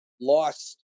lost